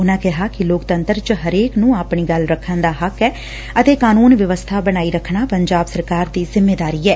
ਉਨੂਾ ਕਿਹਾ ਕਿ ਲੋਕਤੰਤਰ ਚ ਹਰੇਕ ਨੂੰ ਆਪਣੀ ਗੱਲ ਰੱਖਣ ਦਾ ਹੱਕ ਏ ਅਤੇ ਕਾਨੂੰਨ ਵਿਵਸਬਾ ਬਣਾਈ ਰੱਖਣਾ ਪੰਜਾਬ ਸਰਕਾਰ ਦੀ ਜਿੰਮੇਦਾਰੀ ਐ